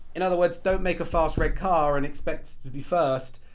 in other words, don't make a fast red car and expect be first,